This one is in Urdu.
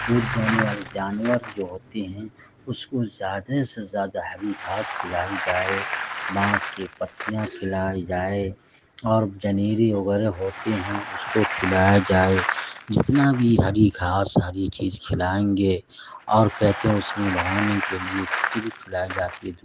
دودھ دینے والے جانور جو ہوتے ہیں اس کو زیادہ سے زیادہ ہری گھاس کھلائی جائے بانس کے پتیاں کھلائے جائے اور جنیری وغیرہ ہوتے ہیں اس کو کھلایا جائے جتنا بھی ہری گھاس ہری چیز کھلائیں گے اور کہتے ہیں اس میں بنانے کے لیے کھچڑی کھلائی جاتی ہے